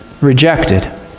rejected